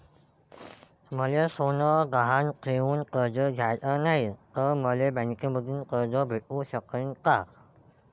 मले सोनं गहान ठेवून कर्ज घ्याचं नाय, त मले बँकेमधून कर्ज भेटू शकन का?